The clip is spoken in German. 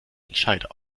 entscheider